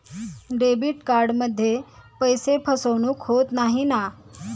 Debit कार्डमध्ये पैसे फसवणूक होत नाही ना?